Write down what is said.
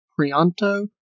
Prianto